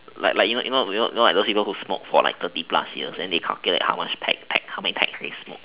like like you know you know those people who smoke for like thirty years plus then they calculate how much pack pack how many packs they smoke